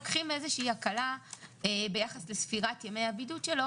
לוקחים איזושהי הקלה ביחס לספירת ימי הבידוד שלו